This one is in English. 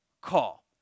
call